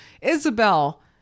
Isabel